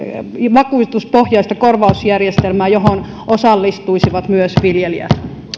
vakuutuspohjaista korvausjärjestelmää johon osallistuisivat myös viljelijät